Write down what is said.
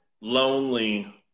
lonely